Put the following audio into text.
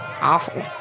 awful